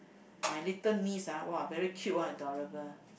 my little niece ah !wah! very cute one adorable